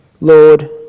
Lord